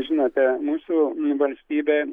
žinote mūsų valstybė